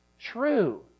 true